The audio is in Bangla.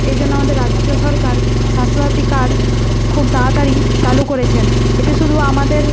এই জন্য আমাদের রাজ্য সরকার স্বাস্থ্য সাথী কার্ড খুব তাড়াতাড়ি চালু করেছেন এটি শুধু আমাদের